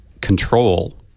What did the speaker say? control